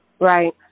Right